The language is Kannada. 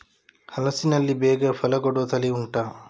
ಹಲಸಿನಲ್ಲಿ ಬೇಗ ಫಲ ಕೊಡುವ ತಳಿ ಉಂಟಾ